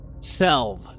Selv